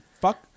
Fuck